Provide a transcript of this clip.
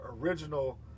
original